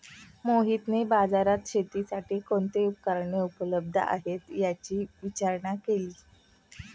मोहितने बाजारात शेतीसाठी कोणती उपकरणे उपलब्ध आहेत, याची विचारणा केली